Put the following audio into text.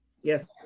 Yes